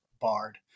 Bard